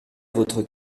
votre